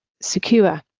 secure